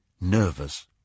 nervous